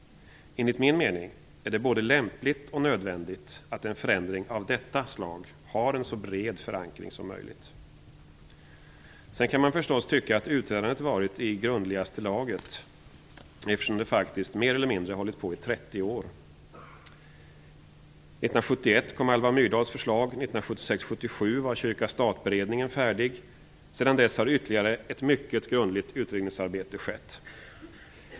Enligt min mening är det både lämpligt och nödvändigt att en förändring av detta slag har en så bred förankring som möjligt. Sedan kan man förstås tycka att utredandet varit i grundligaste laget, eftersom det faktiskt mer eller mindre har hållit på i 30 år. 1971 kom Alva Myrdals förslag och 1976-77 var kyrka-stat-beredningen färdig. Sedan dess har ytterligare ett mycket grundligt utredningsarbete skett.